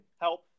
help